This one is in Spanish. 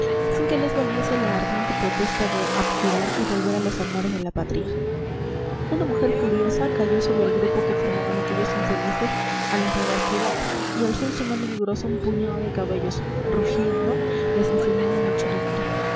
sin que les valiese la ardiente protesta de abjurar y volver a los amores de la patria una mujer furiosa cayó sobre el grupo que formaban aquellos infelices al implorar piedad y alzó en su mano vigorosa un puñado de cabellos rugiendo los enseñó a la muchedumbre